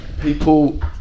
People